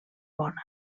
bona